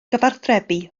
cyfathrebu